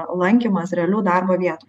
lankymas realių darbo vietų